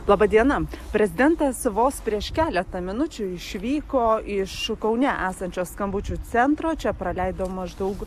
laba diena prezidentas vos prieš keletą minučių išvyko iš kaune esančio skambučių centro čia praleido maždaug